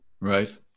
Right